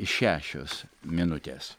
šešios minutės